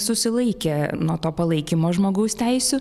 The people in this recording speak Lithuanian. susilaikė nuo to palaikymo žmogaus teisių